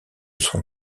son